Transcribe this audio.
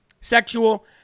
Sexual